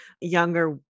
Younger